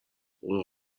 اوه